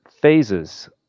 phases